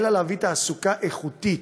אלא להביא תעסוקה איכותית.